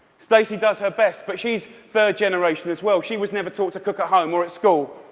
stacy does her best, but she's third-generation as well she was never taught to cook at home or at school.